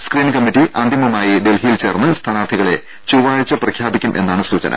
screening committee അന്തിമമായി ഡൽഹിയിൽ ചേർന്ന് സ്ഥാനാർത്ഥികളെ ചൊവ്വാഴ്ച പ്രഖ്യാപിക്കുമെന്നാണ് സൂചന